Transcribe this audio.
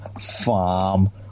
Farm